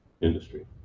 industry